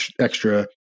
extra